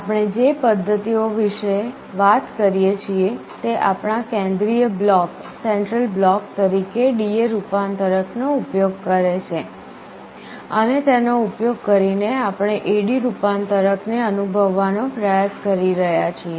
આપણે હવે જે પદ્ધતિઓની વાત કરીએ છીએ તે આપણા કેન્દ્રીય બ્લોક તરીકે DA રૂપાંતરક નો ઉપયોગ કરે છે અને તેનો ઉપયોગ કરીને આપણે AD રૂપાંતરક ને અનુભવવાનો પ્રયાસ કરી રહ્યા છીએ